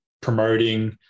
promoting